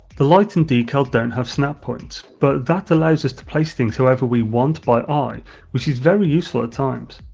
the light and decal don't have snap points, but that allows us to place things however we want by eye which is very useful at times.